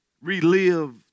relive